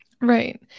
Right